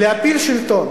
אובססיה להפיל שלטון.